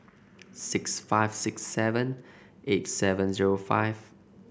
six five six seven eight seven zero five